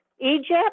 Egypt